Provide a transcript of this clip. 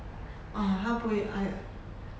哦他不会 ah